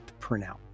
printout